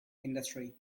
industry